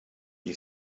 you